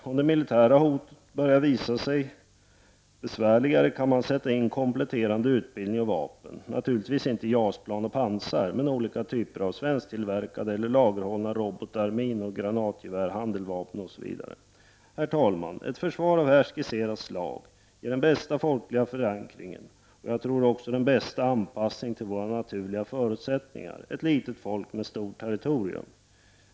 Om militära hot visar sig besvärligare, kan man sätta in kompletterande utbildning och vapen -- naturligtvis inte JAS-plan och pansarfordon men olika typer av svensktillverkade eller lagerhållna robotar, minor, granatgevär, handeldvapen osv. Herr talman! Ett försvar av här skisserat slag ger den bästa folkliga förankringen och innebär, tror jag, den bästa anpassningen till våra naturliga förutsättningar -- ett litet folk med stort territorium.